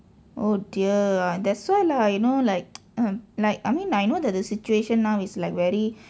oh dear that's why lah you know like like I mean I know that the situation now is like very